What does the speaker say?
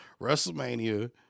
WrestleMania